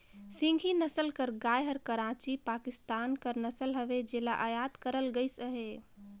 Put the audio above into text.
सिंघी नसल कर गाय हर कराची, पाकिस्तान कर नसल हवे जेला अयात करल गइस अहे